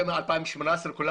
מ-2018 כולם